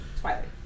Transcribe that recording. Twilight